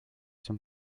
dem